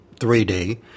3D